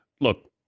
Look